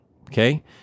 Okay